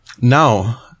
now